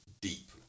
deep